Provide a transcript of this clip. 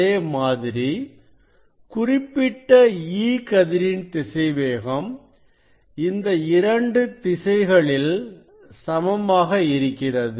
அதே மாதிரி குறிப்பிட்ட E கதிரின் திசைவேகம் இந்த இரண்டு திசைகளில் சமமாக இருக்கிறது